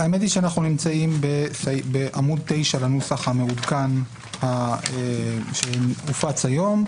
אנחנו נמצאים בעמוד 9 לנוסח המעודכן שהופץ היום,